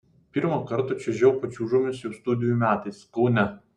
pirmą kartą čiuožiau pačiūžomis jau studijų metais kaune